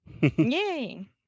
yay